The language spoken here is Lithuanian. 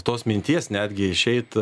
tos minties netgi išeit